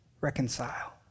Reconcile